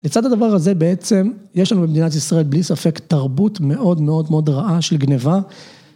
לצד הדבר הזה בעצם, יש לנו במדינת ישראל בלי ספק תרבות מאוד מאוד מאוד רעה של גניבה.